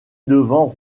devant